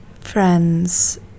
friends